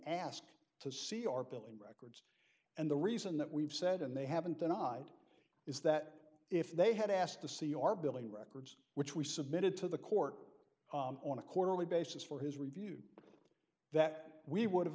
asked to see or billing records and the reason that we've said and they haven't denied is that if they had asked to see our billing records which we submitted to the court on a quarterly basis for his review that we would have